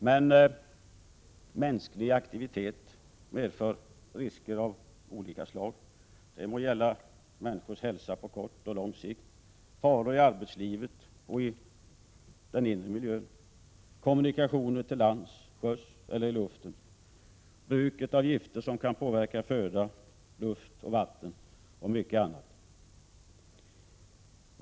Många mänskliga aktiviteter medför risker av olika slag — det må gälla människors hälsa på kort och lång sikt, faror i arbetslivet och i den inre miljön, kommunikationer till lands, till sjöss eller i luften, bruket av gifter som kan påverka föda, luft, vatten och mycket annat.